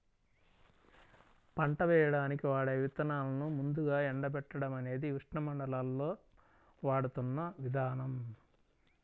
పంట వేయడానికి వాడే విత్తనాలను ముందుగా ఎండబెట్టడం అనేది ఉష్ణమండలాల్లో వాడుతున్న విధానం